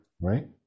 right